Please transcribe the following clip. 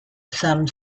some